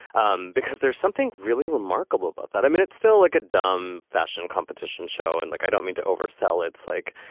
um because there's something really remarkable about that. i mean, it's still like a dumb fashion competition show. and like, i don't mean to oversell its like,